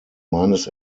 meines